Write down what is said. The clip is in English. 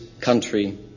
country